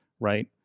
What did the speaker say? Right